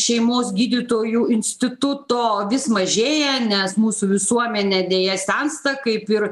šeimos gydytojų instituto vis mažėja nes mūsų visuomenė deja sensta kaip ir